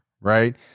right